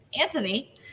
Anthony